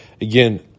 again